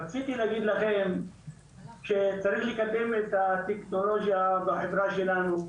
רציתי להגיד לכם שצריך לקדם את הטכנולוגיה בחברה שלנו.